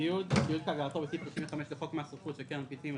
"ציוד" ציוד כהגדרתו בסעיף 35 לחוק מס רכוש וקרן פיצויים,